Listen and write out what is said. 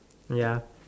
ya